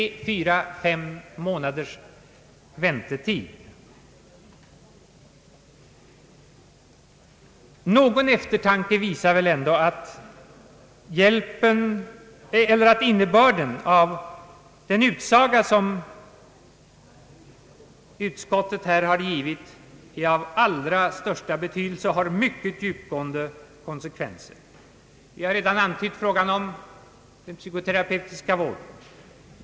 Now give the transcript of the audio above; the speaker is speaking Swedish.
Någon eftertanke visar väl ändå att innebörden av utskottets utsaga är av allra största betydelse och har mycket vittgående konsekvenser. Vi har redan antytt frågan om den psykoterapeutiska vården.